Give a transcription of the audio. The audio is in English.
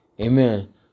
Amen